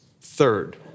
third